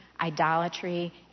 idolatry